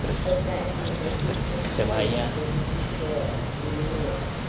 but that he had business to do for his employer in the north,